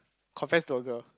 confess to a girl